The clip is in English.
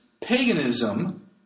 paganism